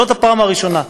זאת הפעם הראשונה.